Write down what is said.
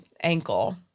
ankle